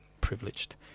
privileged